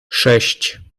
sześć